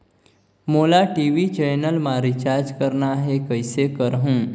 मोला TV channel मा recharge करना हे, कइसे करहुँ?